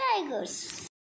tigers